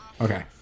Okay